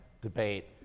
debate